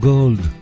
Gold